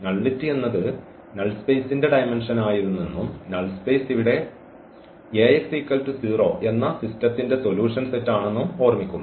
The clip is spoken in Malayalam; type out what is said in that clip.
നള്ളിറ്റി എന്നത് നൾ സ്പേസിന്റെ ഡയമെൻഷനായിരുന്നെന്നും നൾ സ്പേസ് ഇവിടെ എന്ന സിസ്റ്റത്തിന്റെ സൊല്യൂഷൻ സെറ്റ് ആണെന്നും ഓർമ്മിക്കുന്നു